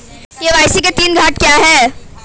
KYC के तीन घटक क्या हैं?